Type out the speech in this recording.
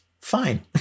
Fine